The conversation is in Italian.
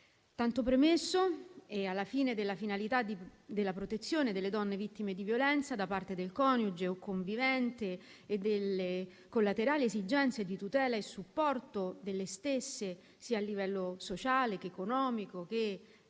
Tanto premesso e con la finalità della protezione delle donne vittime di violenza da parte del coniuge o convivente e delle collaterali esigenze di tutela e supporto delle stesse, sia a livello sociale che economico e